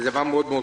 זה דבר מאוד חשוב.